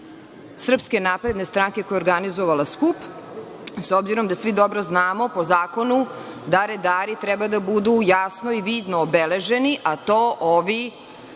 redari SNS koja je organizovala skup, s obzirom da svi dobro znamo po zakonu da redari treba da budu jasno i vidno obeleženi, a to ovi,